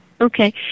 Okay